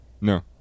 No